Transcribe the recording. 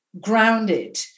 grounded